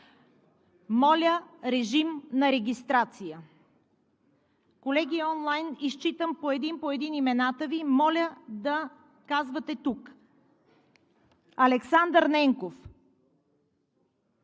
Моля, режим на регистрация. Колеги – онлайн, изчитам един по един имената Ви – моля да казвате: тук. Господин Ненков,